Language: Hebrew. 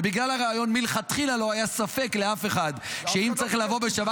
ובגלל הריאיון מלכתחילה לא היה ספק לאף אחד שאם צריך לבוא בשבת,